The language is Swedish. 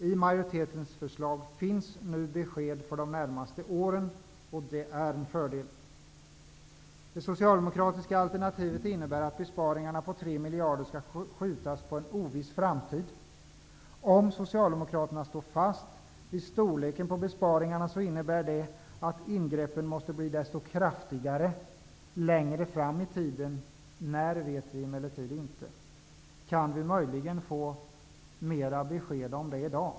I majoritetens förslag finns nu besked för de närmaste åren. Det är en fördel. Det socialdemokratiska alternativet innebär att besparingen på tre miljarder skall skjutas på en oviss framtid. Om socialdemokraterna står fast vid storleken på besparingarna innebär det att ingreppen måste bli desto kraftigare längre fram i tiden -- när vet vi emellertid inte. Kan vi möjligen få mera besked om detta i dag?